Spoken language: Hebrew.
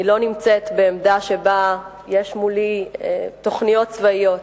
אני לא נמצאת בעמדה שבה יש מולי תוכניות צבאיות,